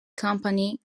company